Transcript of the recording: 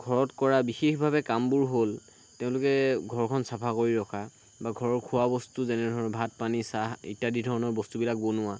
ঘৰত কৰা বিশেষভাৱে কামবোৰ হ'ল তেওঁলোকে ঘৰখন চাফা কৰি ৰখা বা ঘৰৰ খোৱা বস্তু যেনে ধৰা ভাত পানী চাহ ইত্যাদি ধৰণৰ বস্তুবিলাক বনোৱা